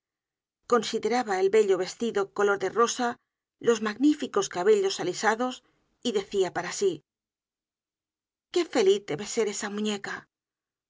consideraba el bello vestido color de rosa los magníficos cabellos alisados y decia para sí qué feliz debe de ser esa muñeca